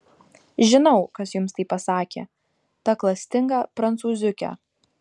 žinau kas jums tai pasakė ta klastinga prancūziuke